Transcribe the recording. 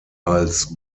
als